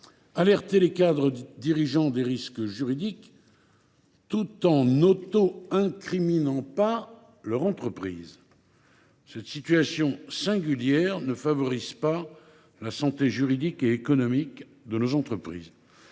alerter les cadres dirigeants des risques juridiques encourus tout en n’auto incriminant pas leur entreprise. Cette situation singulière ne favorise pas la santé juridique et économique de nos entreprises.